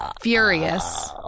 furious